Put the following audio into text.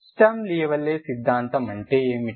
Sturm Liouville సిద్ధాంతం అంటే ఏమిటి